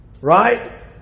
Right